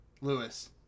Lewis